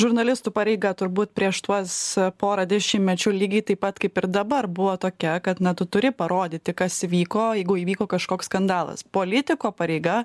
žurnalistų pareiga turbūt prieš tuos porą dešimtmečių lygiai taip pat kaip ir dabar buvo tokia kad na tu turi parodyti kas vyko jeigu įvyko kažkoks skandalas politiko pareiga